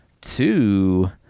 two